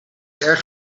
erg